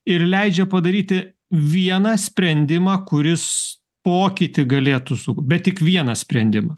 ir leidžia padaryti vieną sprendimą kuris pokytį galėtų su bet tik vieną sprendimą